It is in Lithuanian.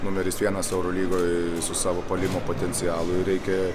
numeris vienas eurolygoj su savo puolimo potencialu ir reikia